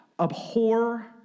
Abhor